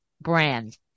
brand